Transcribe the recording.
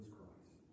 Christ